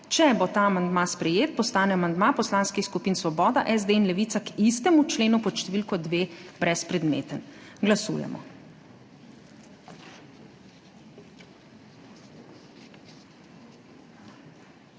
Če bo ta amandma sprejet, postane amandma Poslanskih skupin Svoboda, SD in Levica k istemu členu pod številko 2. brezpredmeten. Glasujemo.